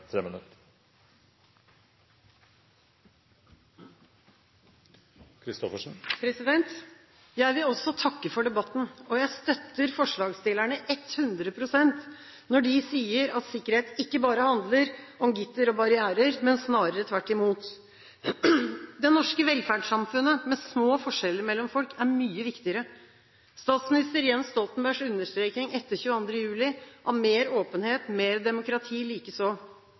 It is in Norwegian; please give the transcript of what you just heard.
sier at sikkerhet ikke bare handler om gitter og barrierer – snarere tvert imot. Det norske velferdssamfunnet med små forskjeller mellom folk er mye viktigere – statsminister Jens Stoltenbergs understreking etter 22. juli om mer åpenhet, mer demokrati, likeså.